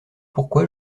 pourquoi